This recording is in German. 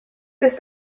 ist